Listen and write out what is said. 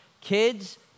Kids